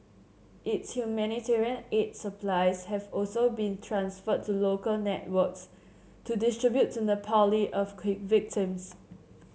its humanitarian aid supplies have also been transferred to local networks to distribute to Nepali earthquake victims